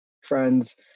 friends